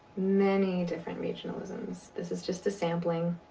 many different regionalisms, this is just a sampling.